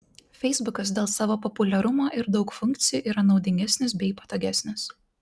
feisbukas dėl savo populiarumo ir daug funkcijų yra naudingesnis bei patogesnis